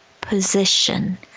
position